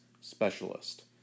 specialist